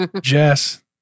Jess